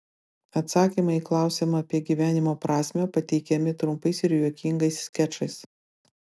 atsakymai į klausimą apie gyvenimo prasmę pateikiami trumpais ir juokingais skečais